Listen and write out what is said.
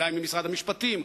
אולי ממשרד המשפטים,